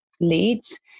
leads